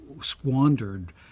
squandered